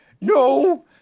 No